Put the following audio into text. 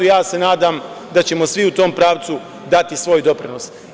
Nadam se da ćemo svi u tom pravcu dati svoj doprinos.